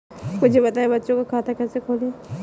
मुझे बताएँ बच्चों का खाता कैसे खोलें?